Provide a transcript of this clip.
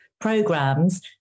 programs